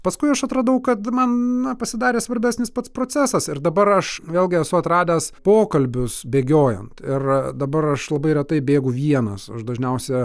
paskui aš atradau kad man na pasidarė svarbesnis pats procesas ir dabar aš vėlgi esu atradęs pokalbius bėgiojant ir dabar aš labai retai bėgu vienas aš dažniausia